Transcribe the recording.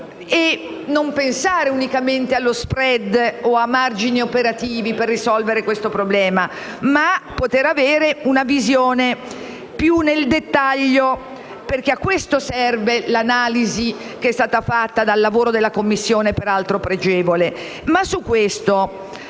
non pensare unicamente allo *spread* o a margini operativi per risolvere questo problema, ma avere una visione più di dettaglio, perché a questo serve l'analisi che è stata fatta dal lavoro della Commissione, peraltro pregevole.